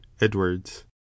edwards